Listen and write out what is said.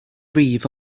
grieve